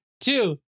two